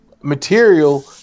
material